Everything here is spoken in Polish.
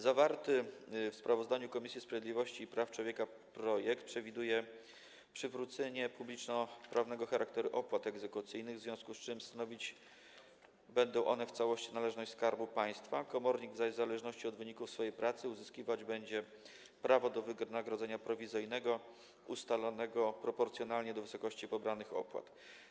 Zawarty w sprawozdaniu Komisji Sprawiedliwości i Praw Człowieka projekt przewiduje przywrócenie publicznoprawnego charakteru opłat egzekucyjnych, w związku z czym stanowić one będą w całości należność Skarbu Państwa, komornik zaś w zależności od wyników swojej pracy uzyskiwać będzie prawo do wynagrodzenia prowizyjnego ustalanego proporcjonalnie do wysokości pobranych opłat.